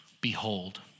Behold